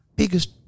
Biggest